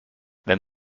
wenn